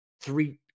three